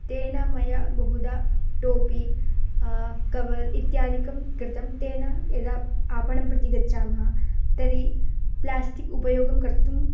तेन मया बहुदा टोपि कवर् इत्यादिकं कृतं तेन यदा आपणं प्रति गच्छामः तर्हि प्ल्यास्टिक् उपयोगं कर्तुम्